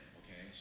okay